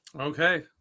Okay